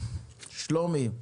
שלום אדוני.